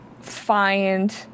find